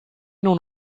non